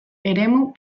eremu